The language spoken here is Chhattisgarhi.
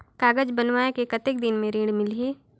कागज बनवाय के कतेक दिन मे ऋण मिलही?